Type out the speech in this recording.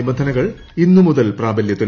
നിബന്ധനകൾ ഇന്ന് മുതൽ പ്രാബലൃത്തിൽ